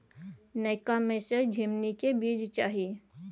नयका में से झीमनी के बीज चाही?